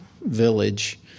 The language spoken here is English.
village